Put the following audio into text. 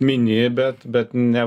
mini bet bet ne